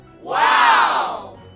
Wow